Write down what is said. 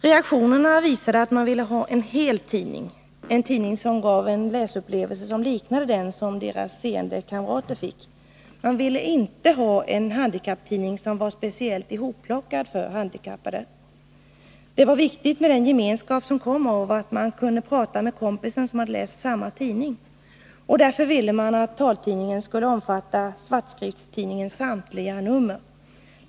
Reaktionerna visade att man ville ha en ”hel” tidning, en tidning som gav en läsupplevelse som liknade den som deras seende kamrater fick. Man ville inte ha en handikapptidning som var speciellt hopplockad för synskadade. Det var viktigt med den gemenskap som kom av att kunna prata med kompisen som läst samma tidning. Därför ville man att taltidningen skulle omfatta svartskriftstidningens samtliga nummer.